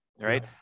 right